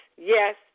yes